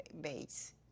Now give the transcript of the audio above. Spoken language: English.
base